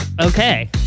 Okay